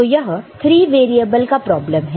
तो यह 3 वेरिएबल का प्रॉब्लम है